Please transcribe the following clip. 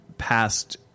Past